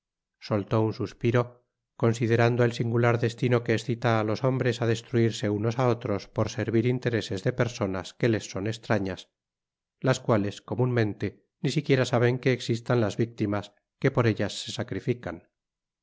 soltó un suspiro considerando el singular destino que escita á los hombres á destruirse unos á otros por servir intereses de personas que les son estrafías las cuales comunmente ni siquiera saben que existan las victimas que por ellas se sacrifican